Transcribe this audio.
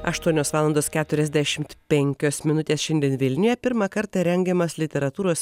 aštuonios valandos keturiasdešimt penkios minutės šiandien vilniuje pirmą kartą rengiamas literatūros